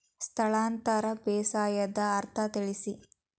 ಸ್ಥಳಾಂತರ ಬೇಸಾಯದ ಅರ್ಥ ತಿಳಿಸಿ?